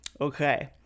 Okay